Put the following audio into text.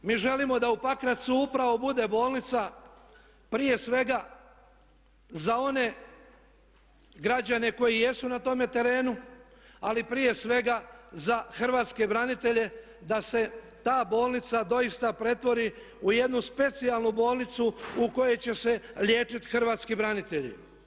Mi želimo da u Pakracu upravo bude bolnica prije svega za one građane koji jesu na tome terenu ali prije svega za hrvatske branitelje da se ta bolnica doista pretvori u jednu specijalnu bolnicu u kojoj će se liječiti hrvatski branitelji.